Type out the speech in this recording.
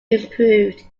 improved